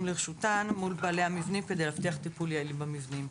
לרשותן מול בעלי המבנים כדי להבטיח טיפול יעיל במבנים.